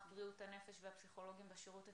בריאות הנפש והפסיכולוגים בשירות הציבורי,